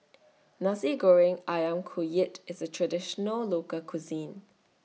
Nasi Goreng Ayam Kunyit IS A Traditional Local Cuisine